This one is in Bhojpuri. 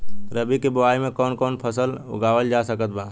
रबी के बोआई मे कौन कौन फसल उगावल जा सकत बा?